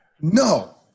no